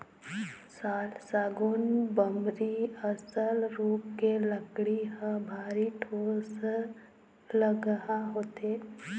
साल, सागौन, बमरी असन रूख के लकड़ी ह भारी ठोसलगहा होथे